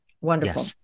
Wonderful